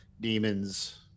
demons